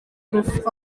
proof